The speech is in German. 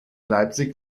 leipzig